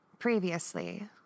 Previously